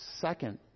second